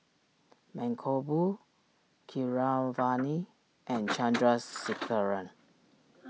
Mankombu Keeravani and Chandrasekaran